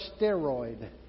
steroid